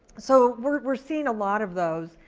so we're seeing a lot of those.